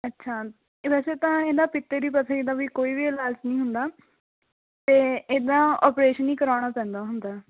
ਅੱਛਾ ਵੈਸੇ ਤਾਂ ਇਹਦਾ ਪਿੱਤੇ ਦੀ ਪੱਥਰੀ ਦਾ ਵੀ ਕੋਈ ਵੀ ਇਲਾਜ ਨਹੀਂ ਹੁੰਦਾ ਅਤੇ ਇਹਦਾ ਓਪਰੇਸ਼ਨ ਹੀ ਕਰਵਾਉਣਾ ਪੈਂਦਾ ਹੁੰਦਾ